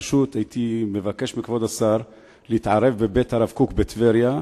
פשוט הייתי מבקש מכבוד השר להתערב בבית הרב קוק בטבריה.